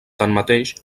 tanmateix